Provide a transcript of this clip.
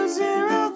zero